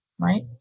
right